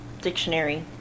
dictionary